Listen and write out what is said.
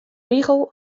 rigel